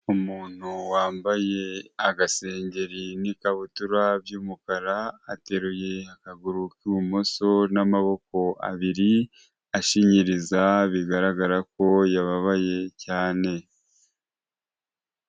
Umuntu wambaye agasengeri n'ikabutura by'umukara ateruye akaguru k'ibumoso n'amaboko abiri, ashinyiriza bigaragara ko yababaye cyane.